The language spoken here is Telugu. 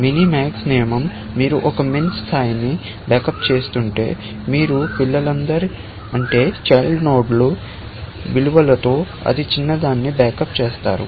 మినిమాక్స్ నియమం మీరు ఒక min స్థాయికి బ్యాకప్ చేస్తుంటే మీరు పిల్లలందరి చైల్డ్ నోడ్లు విలువలలో అతి చిన్నదాన్ని బ్యాకప్ చేస్తారు